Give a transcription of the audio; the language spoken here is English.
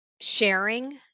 sharing